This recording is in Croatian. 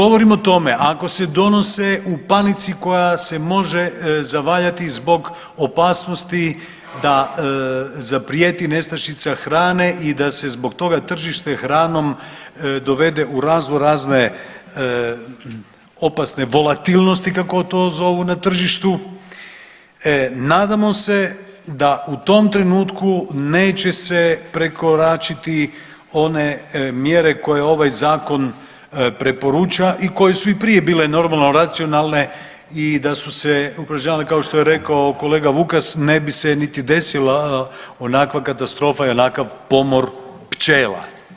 Evo govorim o tome ako se donese u panici koja se može zavaljati zbog opasnosti da zaprijeti nestašica hrane i da se zbog toga tržište hranom dovede u raznorazne opasne volatilnosti kako to zovu na tržištu nadamo se da u tom trenutku neće se prekoračiti one mjere koje ovaj Zakon preporuča i koje su i prije bile normalno racionalne i da su se … kao što je rekao kolega Vukas ne bi se niti desila onakva katastrofa i onakav pomor pčela.